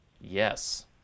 Yes